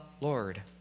Lord